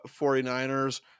49ers